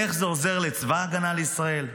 איך זה עוזר לצבא ההגנה לישראל?